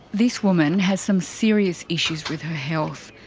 this woman has some serious issues with her health.